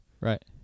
Right